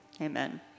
amen